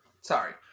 sorry